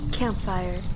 Campfire